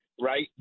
right